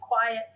quiet